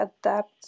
adapt